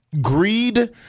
greed